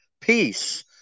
peace